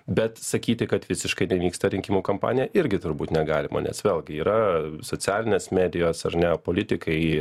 bet sakyti kad visiškai nevyksta rinkimų kampanija irgi turbūt negalima nes vėlgi yra socialinės medijos ar ne politikai